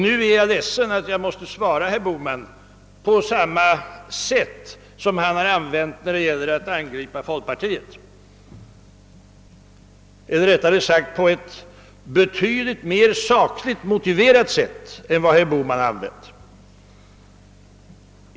Nu är jag ledsen över att jag måste svara herr Bohman på samma sätt som han använder för att angripa folkpartiet eller rättare sagt på ett betydligt mer sakligt motiverat sätt än det herr Bohman använder.